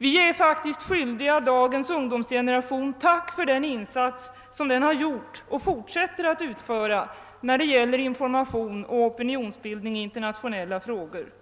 Vi är skyldiga dagens ungdomsgeneration ett tack för den insats den gjort och fortsätter att utföra, när det gäller information och opinionsbildning i internationella frågor.